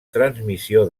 transmissió